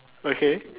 okay